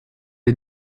les